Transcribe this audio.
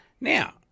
now